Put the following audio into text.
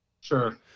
Sure